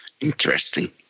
Interesting